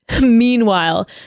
meanwhile